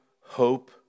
hope